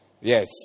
Yes